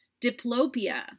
Diplopia